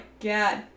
god